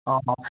অঁ